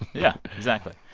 yeah, exactly.